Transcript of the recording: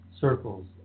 circles